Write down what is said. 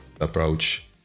approach